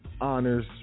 honors